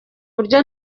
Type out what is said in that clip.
buryo